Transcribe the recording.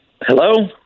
Hello